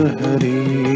hari